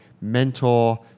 mentor